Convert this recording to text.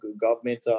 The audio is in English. government